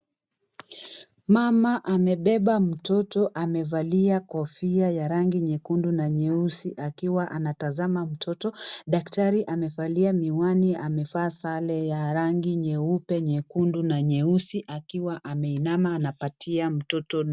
Mama amebeba mtoto amevalia kofia ya rangi nyekundu na nyeusi nyeusi, akiwa anatazama mtoto, daktari amevalia miwani, amevaa sare ya rangi nyeupe, nyekundu na nyeusi akiwa ameinama anapatia mtoto dawa.